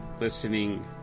listening